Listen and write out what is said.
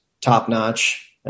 top-notch